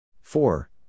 four